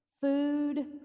food